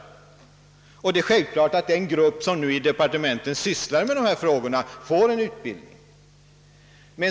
Den grupp som nu sysslar med dessa frågor i departementen får naturligtvis en god utbildning.